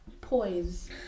poise